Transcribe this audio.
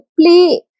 simply